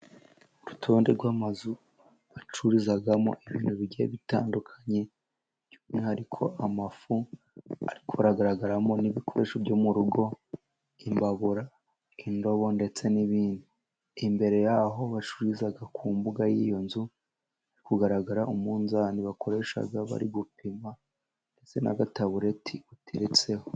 Urutonde rw'amazu bacururizamo ibintu bigiye bitandukanye, by'umwihariko amafu, ariko haragaragaramo n'ibikoresho byo mu rugo imbabura, indobo ndetse n'ibindi, imbere y'aho bacururiza ku mbuga y'iyo nzu hari kugaragara umunzani bakoresha bari gupima, ndetse n'agatabureti uteretseho.